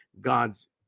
God's